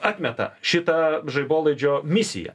atmeta šitą žaibolaidžio misiją